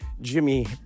Jimmy